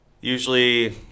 usually